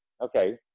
Okay